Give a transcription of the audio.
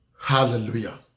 Hallelujah